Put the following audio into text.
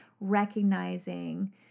recognizing